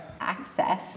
access